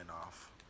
off